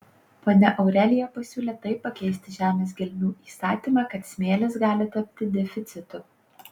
ponia aurelija pasiūlė taip pakeisti žemės gelmių įstatymą kad smėlis gali tapti deficitu